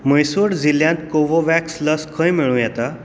म्हैसूर जिल्ल्यांत कोवोव्हॅक्स लस खंय मेळूं येता